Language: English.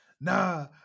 nah